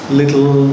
little